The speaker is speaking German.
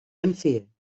empfehlen